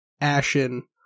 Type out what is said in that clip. ashen